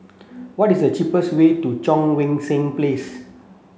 what is the cheapest way to Cheang Wan Seng Place